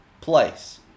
Place